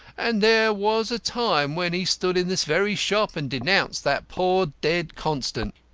and there was a time when he stood in this very shop and denounced that poor dead constant.